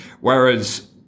Whereas